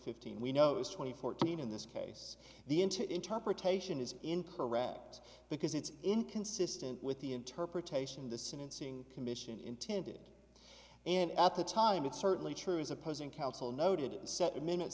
fifteen we know it was twenty fourteen in this case the into interpretation is incorrect because it's inconsistent with the interpretation the sentencing commission intended and at the time it's certainly true as opposing counsel noted set